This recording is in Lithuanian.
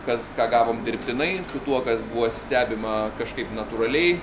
kas ką gavom dirbtinai su tuo kas buvo stebima kažkaip natūraliai